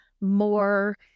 more